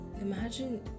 imagine